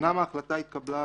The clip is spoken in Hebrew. שבסוף אמנם ההחלטה התקבלה